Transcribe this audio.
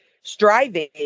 striving